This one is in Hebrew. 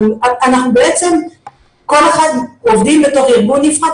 אנחנו עובדים בתור ארגון נפרד,